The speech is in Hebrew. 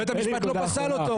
בית המשפט לא פסל אותו.